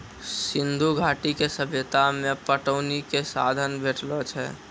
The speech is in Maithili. सिंधु घाटी के सभ्यता मे पटौनी के साधन भेटलो छै